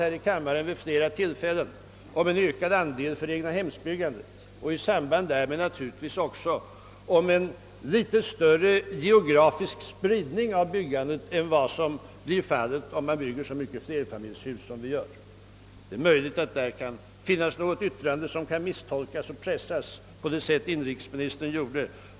Jag vet att jag vid flera tillfällen här i kammaren talat för en ökad andel till egnahemsbyggandet och i samband därmed en något större geografisk spridning av byggandet än som blir fallet med den stora mängd flerfamiljshus som vi bygger. Det är möjligt att jag då fällt något yttrande som kan misstolkas och pressas på det sätt inrikesministern här gjorde.